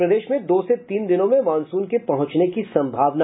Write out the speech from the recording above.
और प्रदेश में दो से तीन दिनों में मॉनसून के पहुंचने की सम्भावना